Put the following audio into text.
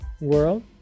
world